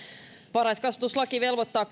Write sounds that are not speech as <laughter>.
varhaiskasvatuslaki velvoittaa <unintelligible>